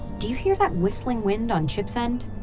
do you hear that whistling wind on chip's end?